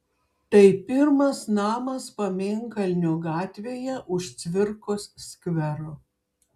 tai pirmas namas pamėnkalnio gatvėje už cvirkos skvero